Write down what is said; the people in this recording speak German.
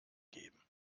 geben